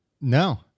No